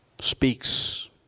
speaks